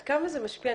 עד כמה זה משפיע?